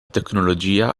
tecnologia